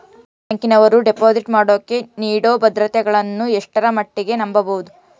Private ಬ್ಯಾಂಕಿನವರು deposit ಮಾಡೋಕೆ ನೇಡೋ ಭದ್ರತೆಗಳನ್ನು ಎಷ್ಟರ ಮಟ್ಟಿಗೆ ನಂಬಬಹುದು?